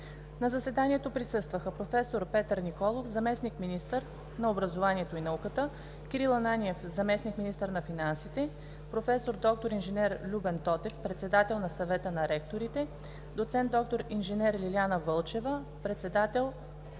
На заседанието присъстваха: проф. Петър Николов – заместник-министър на образованието и науката, Кирил Ананиев – заместник-министър на финансите, проф. д-р инж. Любен Тотев – председател на Съвета на ректорите, доц. д-р инж. Лиляна Вълчева – председател